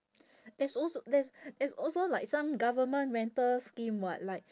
there's als~ there's there's also like some government rental scheme [what] like